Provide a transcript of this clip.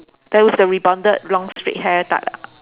that was the rebonded long straight hair type ah